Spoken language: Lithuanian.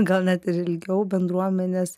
gal net ir ilgiau bendruomenės